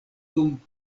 dum